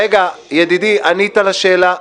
רגע, ידידי, ענית לשאלה.